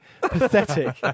Pathetic